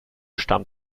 stammt